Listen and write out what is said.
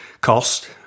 cost